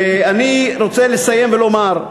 אני רוצה לסיים ולומר,